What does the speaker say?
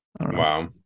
Wow